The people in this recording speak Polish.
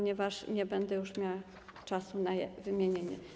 Nie będę już miała czasu na ich wymienienie.